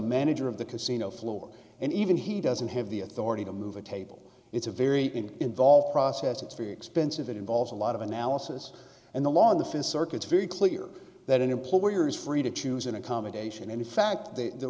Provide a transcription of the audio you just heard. manager of the casino floor and even he doesn't have the authority to move a table it's a very involved process it's very expensive it involves a lot of analysis and the law on the fifth circuit very clear that an employer is free to choose an accommodation and in fact th